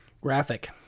graphic